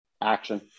Action